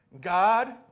God